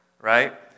Right